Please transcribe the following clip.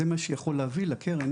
זה מה שיכול להביא לקרן